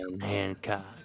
Hancock